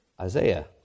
Isaiah